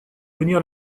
venir